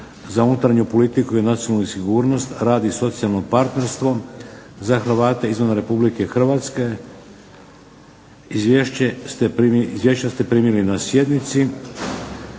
za unutarnju politiku i nacionalnu sigurnost, rad i socijalno partnerstvo, za Hrvate izvan Republike Hrvatske. Izvješća ste primili na sjednici.